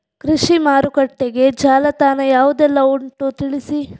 ಕೃಷಿ ಮಾರುಕಟ್ಟೆಗೆ ಜಾಲತಾಣ ಯಾವುದೆಲ್ಲ ಉಂಟು ತಿಳಿಸಿ